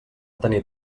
tenir